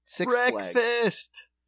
Breakfast